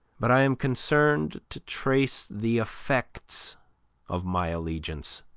but i am concerned to trace the effects of my allegiance.